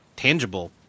tangible